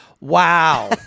Wow